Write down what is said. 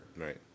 Right